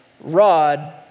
rod